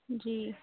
جی